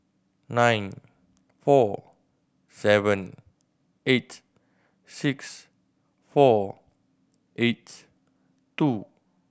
nine four seven eight six four eight two